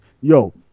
yo